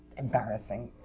embarrassing,